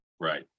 right